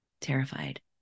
terrified